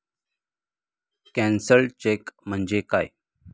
Cancelled cheque म्हणजे काय?